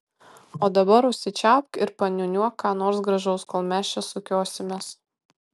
o dabar užsičiaupk ir paniūniuok ką nors gražaus kol mes čia sukiosimės